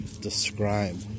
describe